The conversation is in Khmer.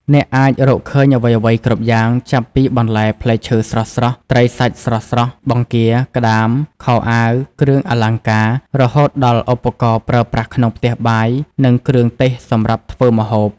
អ្នកអាចរកឃើញអ្វីៗគ្រប់យ៉ាង ចាប់ពីបន្លែផ្លែឈើស្រស់ៗ ត្រីសាច់ស្រស់ៗ បង្គាក្តាម ខោអាវ គ្រឿងអលង្ការ រហូតដល់ឧបករណ៍ប្រើប្រាស់ក្នុងផ្ទះបាយ និងគ្រឿងទេសសម្រាប់ធ្វើម្ហូប។